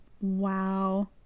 Wow